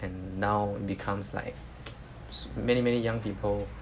and now becomes like many many young people